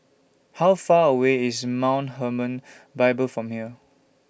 How Far away IS Mount Hermon Bible from here